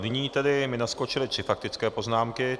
Nyní tedy mi naskočily tři faktické poznámky.